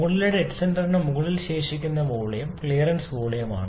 മുകളിലെ ഡെഡ് സെന്ററിന് മുകളിൽ ശേഷിക്കുന്ന വോളിയം ക്ലിയറൻസ് വോളിയമാണ്